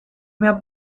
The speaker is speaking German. mehr